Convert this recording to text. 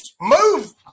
move